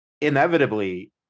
inevitably